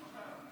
אשיב בשמחה.